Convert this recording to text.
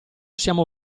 siamo